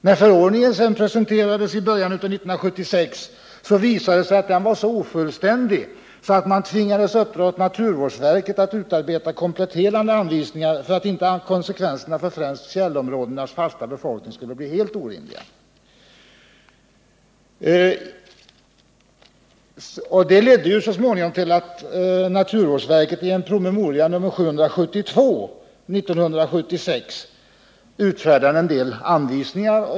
När förordningen sedan presenterades i början av 1976 visade det sig att den var så ofullständig, att man tvingades uppdra åt naturvårdsverket att utarbeta kompletterande anvisningar, för att inte konsekvenserna för först och främst fjällområdenas fasta befolkning skulle bli helt orimliga. Det ledde så småningom till att naturvårdsverket i en promemoria, nr 772 år 1976, utfärdade en del anvisningar.